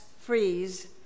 freeze